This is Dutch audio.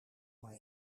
maar